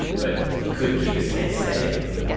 but he couldn't keep his head steady enough.